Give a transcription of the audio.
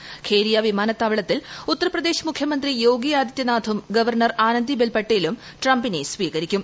ദൃ ഖേരിയ വിമാനത്താവളത്തിൽ ഉത്തർപ്രദേശ് മുഖ്യമന്ത്രി യോഗി ആദിത്യ നാഥും ഗവർണർ ആനന്ദിബെൻ പട്ടേലും ട്രംപിട്ട്ന് സ്വീകരിക്കും